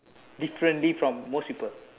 differently from most people